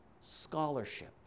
scholarship